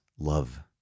love